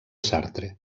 sartre